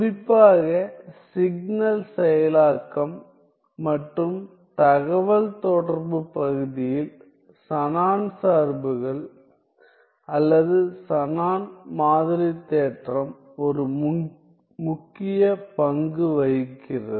குறிப்பாக சிக்னல் செயலாக்கம் மற்றும் தகவல்தொடர்பு பகுதியில் ஷானன் சார்புகள் அல்லது ஷானன் மாதிரி தேற்றம் ஒரு முக்கிய பங்கு வகிக்கிறது